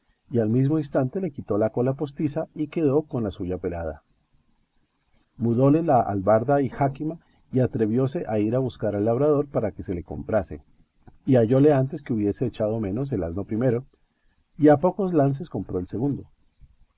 y al mismo instante le quitó la cola postiza y quedó con la suya pelada mudóle la albarda y jáquima y atrevióse a ir a buscar al labrador para que se le comprase y hallóle antes que hubiese echado menos el asno primero y a pocos lances compró el segundo